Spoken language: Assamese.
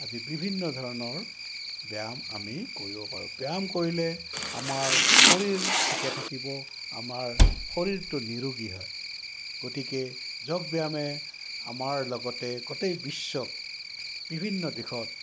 আদি বিভিন্ন ধৰণৰ ব্যায়াম আমি কৰিব পাৰোঁ ব্যায়াম কৰিলে আমাৰ শৰীৰ ঠিকে থাকিব আমাৰ শৰীৰটো নিৰোগী হয় গতিকে যোগ ব্যায়ামে আমাৰ লগতে গোটেই বিশ্বক বিভিন্ন দিশত